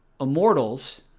Immortals